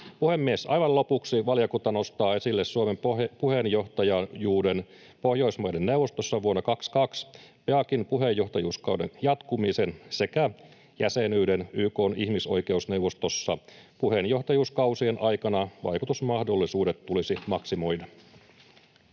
Puhemies, aivan lopuksi: valiokunta nostaa esille Suomen puheenjohtajuuden Pohjoismaiden neuvostossa vuonna 22, BEACin puheenjohtajuuskauden jatkumisen sekä jäsenyyden YK:n ihmisoikeusneuvostossa. Puheenjohtajuuskausien aikana vaikutusmahdollisuudet tulisi maksimoida.